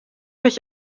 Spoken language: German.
ich